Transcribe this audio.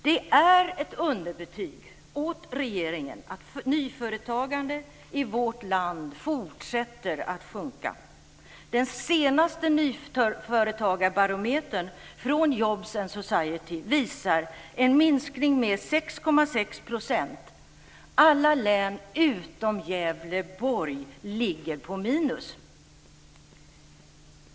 Det är ett underbetyg åt regeringen att nyföretagande i vårt land fortsätter att sjunka. Den senaste nyföretagarbarometern från Jobs and Society visar en minskning med 6,6 %. Alla län utom Gävleborg ligger på minus.